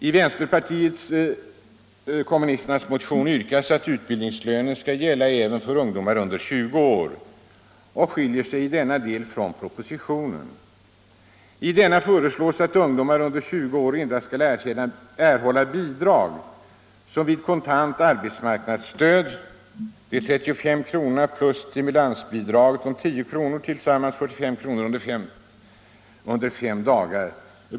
I vänsterpartiet kommunisternas motion yrkas att utbildningslönen skall gälla även för ungdomar under 20 år, och motionen skiljer sig i denna del från propositionen. I denna förslås att ungdomar under 20 år endast skall erhålla bidrag som vid kontant arbetsmarknadsstöd, de 35 kronorna plus stimulansbidraget på 10 kr. tillsammans 45 kr. under fem dagar.